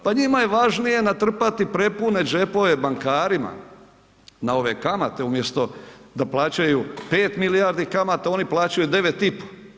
Pa njima je važnije natrpati prepune džepove bankarima na ove kamate umjesto da plaćaju 5 milijardi kamata, oni plaćaju 9,5.